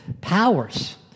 powers